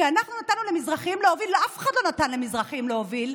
ש"אנחנו נתנו למזרחים להוביל" אף אחד לא נתן למזרחים להוביל.